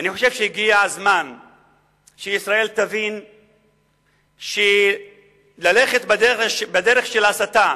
שהגיע הזמן שישראל תבין שללכת בדרך של הסתה,